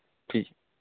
ٹھیک ہے